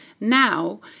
Now